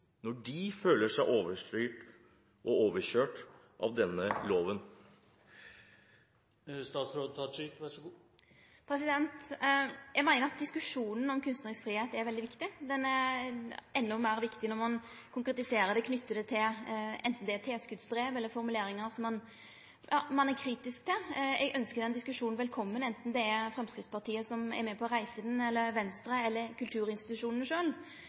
føler seg overstyrt og overkjørt av denne loven? Eg meiner at diskusjonen om kunstnarisk fridom er veldig viktig. Han er endå meir viktig når ein konkretiserer det og knyter det anten til tilskotsbrev eller formuleringar som ein er kritisk til. Eg ønskjer den diskusjonen velkomen, anten det er Framstegspartiet som er med på å reisa han, Venstre eller